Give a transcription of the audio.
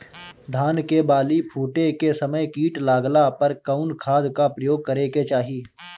धान के बाली फूटे के समय कीट लागला पर कउन खाद क प्रयोग करे के चाही?